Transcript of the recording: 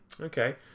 Okay